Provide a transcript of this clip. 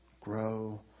grow